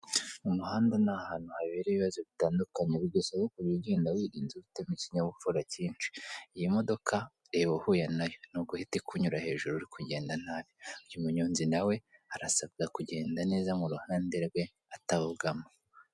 Umuhanda nahantu habera ibibazo bitandukanye bigusaba kujya ugenda wirinze ufite n'ikinyabupfura kinshi, iyi midoka reba uhuye nayo nuguhita ikunyura hejuru uri kugenda nabi uyu munyonzi nawe arasabwa kugenda neza muruhande rwe atabogama.